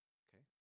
okay